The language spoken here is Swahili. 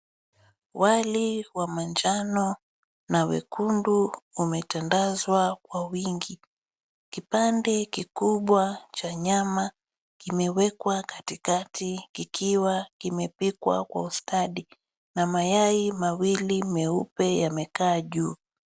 Wali wa manjano na wekundu umetandazwa kwa wingi. Kipande kikubwa cha nyama kimewekwa katikati kikiwa kimepikwa kwa ustadi na mayai mawili meupe yamekaa juu .